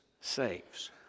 saves